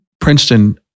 Princeton